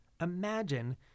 Imagine